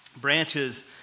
Branches